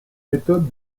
méthode